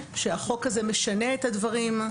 שהחוק הזה משנה את הדברים.